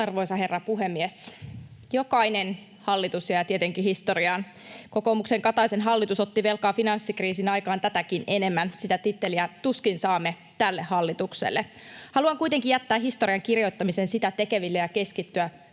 Arvoisa herra puhemies! Jokainen hallitus jää tietenkin historiaan. Kokoomuksen Kataisen hallitus otti velkaa finanssikriisin aikaan tätäkin enemmän. Sitä titteliä tuskin saamme tälle hallitukselle. Haluan kuitenkin jättää historian kirjoittamisen sitä tekeville ja keskittyä